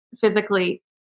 physically